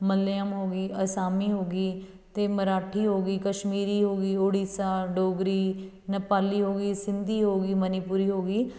ਮਲਿਆਲਮ ਹੋ ਗਈ ਅਸਾਮੀ ਹੋ ਗਈ ਅਤੇ ਮਰਾਠੀ ਹੋ ਗਈ ਕਸ਼ਮੀਰੀ ਹੋ ਗਈ ਉੜੀਸਾ ਡੋਗਰੀ ਨੇਪਾਲੀ ਹੋ ਗਈ ਸਿੰਧੀ ਹੋ ਗਈ ਮਨੀਪੁਰੀ ਹੋ ਗਈ